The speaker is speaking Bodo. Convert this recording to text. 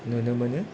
नुनो मोनो